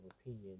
opinion